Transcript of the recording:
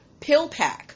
PillPack